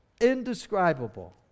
indescribable